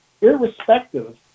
irrespective